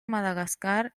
madagascar